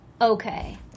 okay